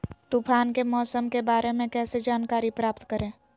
तूफान के मौसम के बारे में कैसे जानकारी प्राप्त करें?